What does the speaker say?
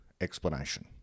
explanation